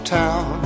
town